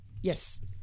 Yes